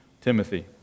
Timothy